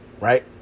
Right